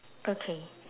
okay